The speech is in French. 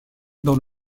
dans